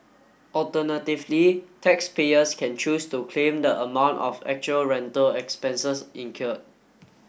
alternatively taxpayers can choose to claim the amount of actual rental expenses incurred